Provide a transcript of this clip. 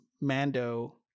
Mando